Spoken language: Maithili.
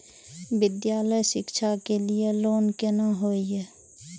विद्यालय शिक्षा के लिय लोन केना होय ये?